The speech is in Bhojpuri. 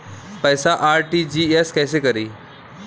पैसा आर.टी.जी.एस कैसे करी?